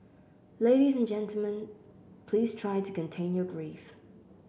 ladies and gentlemen please try to contain your grief